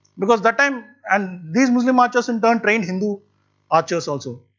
because that time, and these muslim archers in turn trained hindu archers also.